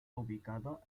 ubicado